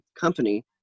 company